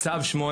מקבל צו 8,